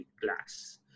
class